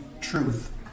truth